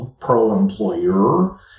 pro-employer